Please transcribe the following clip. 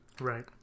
right